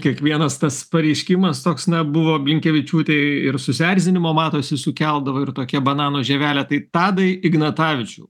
kiekvienas tas pareiškimas toks na buvo blinkevičiūtei ir susierzinimo matosi sukeldavo ir tokia banano žievelę tai tadai ignatavičiau